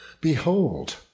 behold